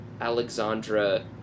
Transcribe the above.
Alexandra